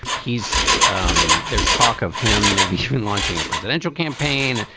he's um there's talk of him maybe even launching a presidential campaign.